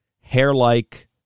hair-like